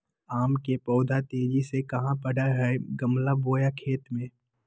आम के पौधा तेजी से कहा बढ़य हैय गमला बोया खेत मे?